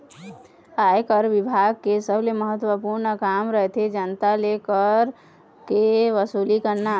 आयकर बिभाग के सबले महत्वपूर्न काम रहिथे जनता ले कर के वसूली करना